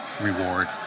reward